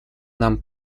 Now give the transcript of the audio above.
нам